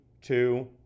two